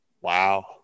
Wow